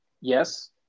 Yes